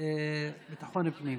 ביטחון הפנים.